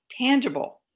tangible